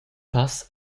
pass